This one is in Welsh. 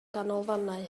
ganolfannau